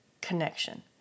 connection